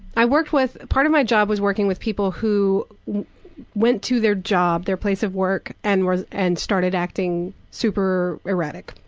i worked with part of my job was working with people who went to their job, their place of work, and and started acting super erratic,